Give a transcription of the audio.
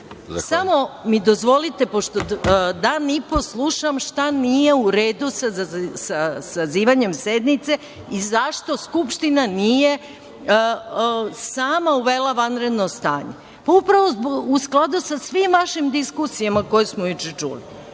mi dozvolite, pošto dan i po slušam šta nije u redu sa sazivanjem sednice i zašto Skupština nije sama uvela vanredno stanje. Upravo u skladu sa svim našim diskusijama koje smo juče čuli